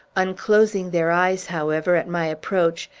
unclosing their eyes, however, at my approach,